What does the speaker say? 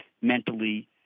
mentally